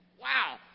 Wow